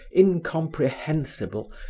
incomprehensible,